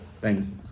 thanks